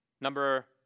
number